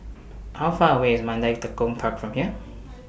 How Far away IS Mandai Tekong Park from here